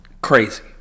Crazy